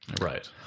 right